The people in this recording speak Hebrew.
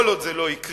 כל עוד זה לא יקרה,